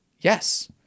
yes